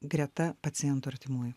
greta pacientų artimųjų